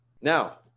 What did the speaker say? Now